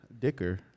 Dicker